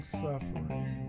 suffering